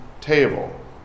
table